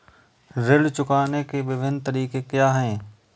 ऋण चुकाने के विभिन्न तरीके क्या हैं?